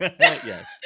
Yes